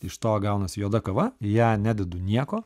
iš to gaunasi juoda kava į ją nededu nieko